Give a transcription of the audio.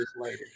later